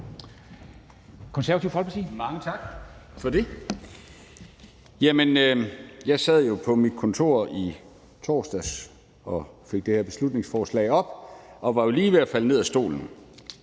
Hansen (KF): Mange tak for det. Da jeg sad på mit kontor i torsdags og fik det her beslutningsforslag, var jeg lige ved at falde ned af stolen.